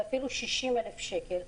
ואפילו 60,000 שקל,